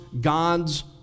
God's